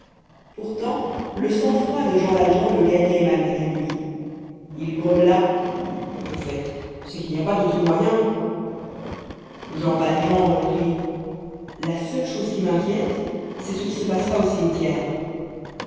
pourtant le sang-froid de jean valjean le gagnait malgré lui il grommela au fait c'est qu'il n'y a pas d'autre moyen jean valjean reprit la seule chose qui m'inquiète c'est ce qui se passera au cimetière